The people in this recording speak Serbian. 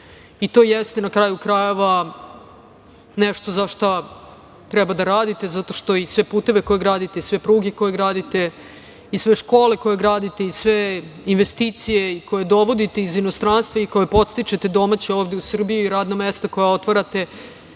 To jeste, na kraju krajeva nešto za šta treba da radite, zato što i sve puteve koje gradite, i sve pruge koje gradite, i sve škole koje gradite, i sve investicije koje dovodite iz inostranstva i koje podstičete domaće ovde u Srbiji, radna mesta koja otvarate,